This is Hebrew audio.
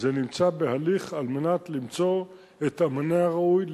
זה נמצא בהליך כדי למצוא את המענה הראוי,